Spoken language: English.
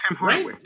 Right